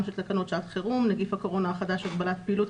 של תקנות שעת חירום (נגיף הקורונה החדש הגבלת פעילות),